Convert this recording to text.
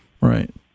Right